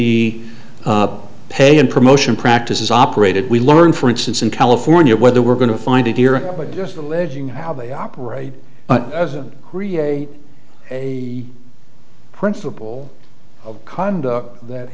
the pay and promotion practices operated we learn for instance in california whether we're going to find it here but just alleging how they operate but create a principle of conduct that